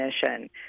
definition